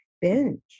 binge